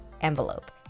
envelope